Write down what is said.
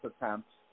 attempts